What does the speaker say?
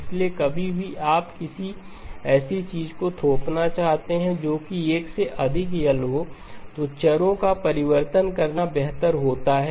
इसलिए कभी भी आप किसी ऐसी चीज को थोपना चाहते हैं जो कि एक से अधिक L हो तो चरों का परिवर्तन करना बेहतर होता है